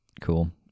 Cool